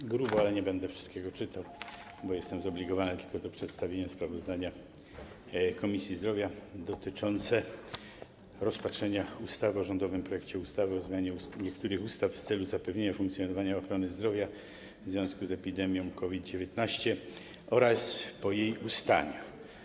To gruby dokument, ale nie będę wszystkiego czytał, bo jestem zobligowany tylko do przedstawienia sprawozdania Komisji Zdrowia dotyczącego rozpatrzenia ustawy o rządowym projekcie ustawy o zmianie niektórych ustaw w celu zapewnienia funkcjonowania ochrony zdrowia w związku z epidemią COVID-19 oraz po jej ustaniu.